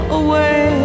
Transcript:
away